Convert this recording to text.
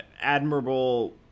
admirable